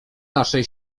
naszej